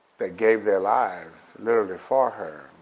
but gave their lives literally for her,